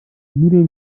nudeln